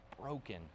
broken